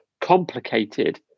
complicated